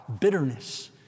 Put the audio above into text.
bitterness